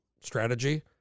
strategy